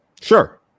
Sure